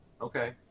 Okay